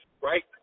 right